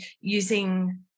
using